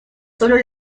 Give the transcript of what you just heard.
sólo